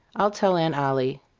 i'll tell aunt ollie.